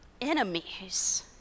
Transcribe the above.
enemies